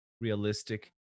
realistic